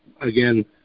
again